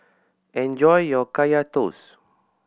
enjoy your Kaya Toast